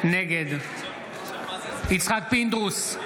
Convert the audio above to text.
נגד יצחק פינדרוס,